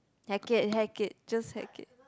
heck it heck it just heck it